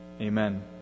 amen